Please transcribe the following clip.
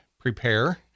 prepare